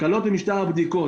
הקלות במשטר הבדיקות.